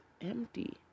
empty